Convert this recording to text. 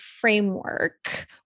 framework